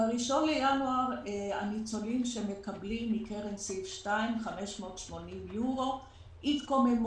וב-1 בינואר הניצולים שמקבלים מקרן סעיף 2 580 יתקוממו.